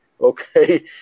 Okay